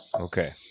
Okay